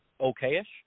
okay-ish